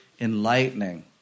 enlightening